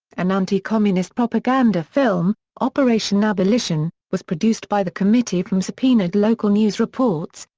an anti-communist propaganda film, operation abolition, was produced by the committee from subpoenaed local news reports,